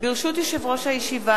ברשות יושב-ראש הישיבה,